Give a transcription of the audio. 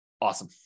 Awesome